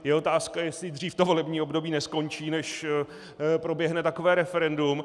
Je otázka, jestli dřív to volební období neskončí, než proběhne takové referendum.